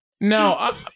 No